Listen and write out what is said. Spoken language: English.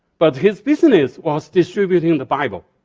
but his business was distributing and the bible.